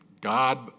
God